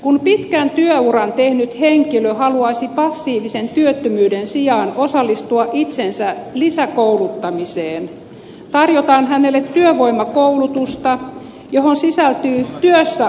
kun pitkän työuran tehnyt henkilö haluaisi passiivisen työttömyyden sijaan osallistua itsensä lisäkouluttamiseen tarjotaan hänelle työvoimakoulutusta johon sisältyy työssäoppimista